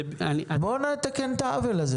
בואו נתקן את העוול הזה.